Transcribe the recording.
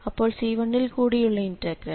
അപ്പോൾ C1 ൽ കൂടിയുള്ള ഇന്റഗ്രൽ